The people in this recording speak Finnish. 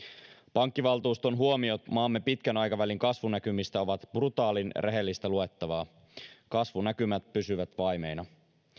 pankkivaltuuston huomiot maamme pitkän aikavälin kasvunäkymistä ovat brutaalin rehellistä luettavaa kasvunäkymät pysyvät vaimeina